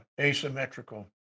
asymmetrical